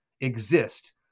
exist